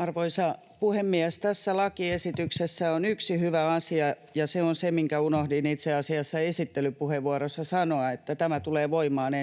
Arvoisa puhemies! Tässä lakiesityksessä on yksi hyvä asia, ja se on se, minkä unohdin itse asiassa esittelypuheenvuorossa sanoa, että tämä tulee voimaan 1.1.2025.